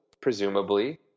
presumably